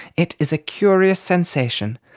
it is a curious sensation,